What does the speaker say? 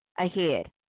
ahead